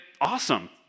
awesome